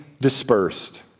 dispersed